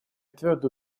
твердо